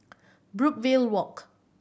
Brookvale Walk